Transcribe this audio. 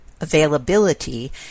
availability